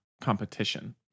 competition